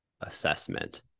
assessment